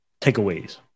Takeaways